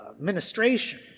ministration